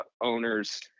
owners